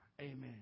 amen